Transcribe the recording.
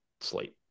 slate